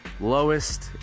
Lowest